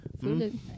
Food